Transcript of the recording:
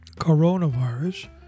coronavirus